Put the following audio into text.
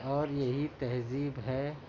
اور یہی تہذیب ہے